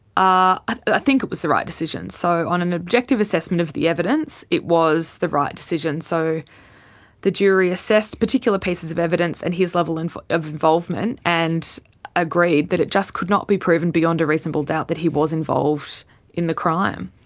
ah i think it was the right decision. so on an objective assessment of the evidence it was the right decision, so the jury assessed particular pieces of evidence and his level and of involvement and agreed that it just could not be proven beyond a reasonable doubt that he was involved in the crime.